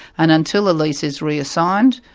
and until a lease is reassigned,